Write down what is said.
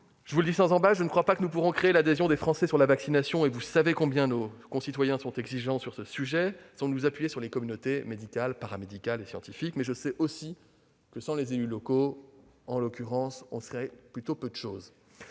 je ne crois pas que nous pourrons créer l'adhésion des Français sur la vaccination- vous savez combien nos concitoyens sont exigeants sur ce sujet -sans nous appuyer sur les communautés médicales, paramédicales et scientifiques. Toutefois, je sais aussi que nous serions peu de chose